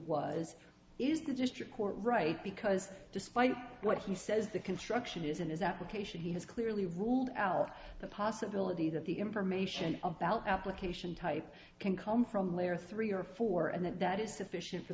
was is the district court right because despite what he says the construction is in his application he has clearly ruled out the possibility that the information about application type can come from layer three or four and that that is sufficient for